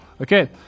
okay